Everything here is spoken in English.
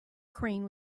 crane